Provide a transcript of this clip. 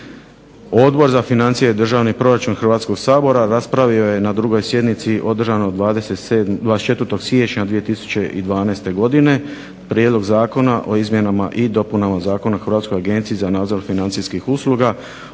Odbor za financije i državni proračun Hrvatskog sabora raspravio je na 2. sjednici održanoj 24. Siječnja 2012. godine prijedlog zakona o izmjenama i dopunama Zakona o Hrvatskoj agenciji za nadzor financijskih usluga